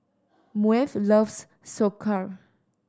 Myrle loves Sauerkraut